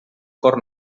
cor